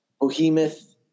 behemoth